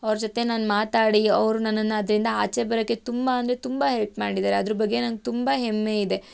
ಅವ್ರ ಜೊತೆ ನಾನು ಮಾತಾಡಿ ಅವ್ರು ನನ್ನನ್ನು ಅದರಿಂದ ಆಚೆ ಬರೋಕೆ ತುಂಬ ಅಂದರೆ ತುಂಬ ಹೆಲ್ಪ್ ಮಾಡಿದ್ದಾರೆ ಅದ್ರ ಬಗ್ಗೆ ನಂಗೆ ತುಂಬ ಹೆಮ್ಮೆ ಇದೆ